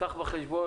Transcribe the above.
קח בחשבון